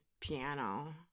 piano